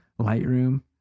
Lightroom